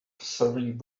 serving